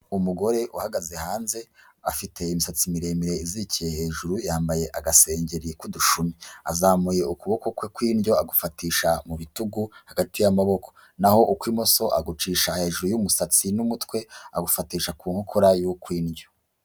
Umugore uhagaze hanze afite imisatsi miremire izirikiye hejuru yambaye agasengeri k'udushumi, azamuye ukuboko kwe kw'indyo agufatisha mu bitugu hagati y'amaboko, naho ukw'imoso agucisha hejuru y'umusatsi n'umutwe agufatisha ku nkokora y'ukw'indyo.